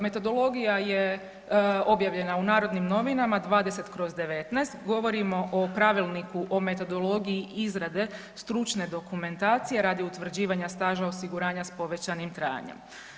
Metodologija je objavljena u Narodnim novinama 20/19, govorimo o Pravilniku o metodologiji izrade stručne dokumentacije radi utvrđivanja staža osiguranja s povećanim trajanjem.